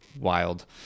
Wild